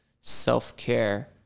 self-care